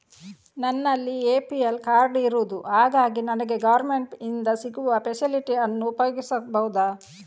ನನ್ನಲ್ಲಿ APL card ಇರುದು ಹಾಗಾಗಿ ನನಗೆ ಗವರ್ನಮೆಂಟ್ ಇಂದ ಸಿಗುವ ಫೆಸಿಲಿಟಿ ಅನ್ನು ಉಪಯೋಗಿಸಬಹುದಾ?